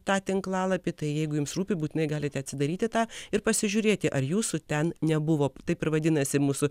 tą tinklalapį tai jeigu jums rūpi būtinai galite atsidaryti tą ir pasižiūrėti ar jūsų ten nebuvo taip ir vadinasi mūsų